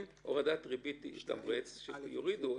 אם הורדת ריבית מתמרצת, שיורידו.